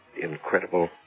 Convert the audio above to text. incredible